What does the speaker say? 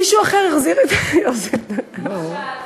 מישהו אחר יחזיר את, יש פה משל חשוב,